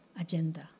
agenda